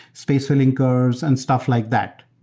space-filling curves and stuff like that.